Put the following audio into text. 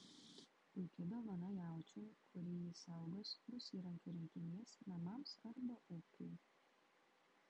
puiki dovana jaučiui kuri jį saugos bus įrankių rinkinys namams arba ūkiui